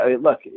look